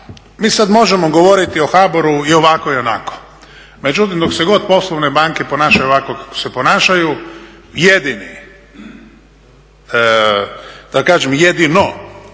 mi sada možemo govoriti o HABOR-u i ovako i onako, međutim dok se god poslovne banke ponašaju ovako kako se ponašaju, jedini, da kažem jedino